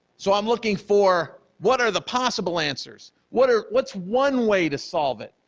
so i'm looking for what are the possible answers? what are what's one way to solve it?